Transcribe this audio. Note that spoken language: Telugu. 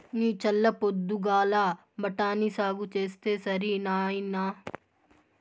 నీ చల్ల పొద్దుగాల బఠాని సాగు చేస్తే సరి నాయినా